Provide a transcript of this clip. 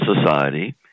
society